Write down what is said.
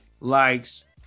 likes